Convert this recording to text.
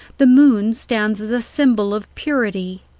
the moon stands as a symbol of purity.